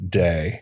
day